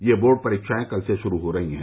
ये बोर्ड परीक्षाएं कल से शुरू हो रही हैं